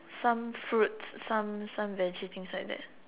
some fruits some some Veggie things like that